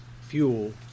fuel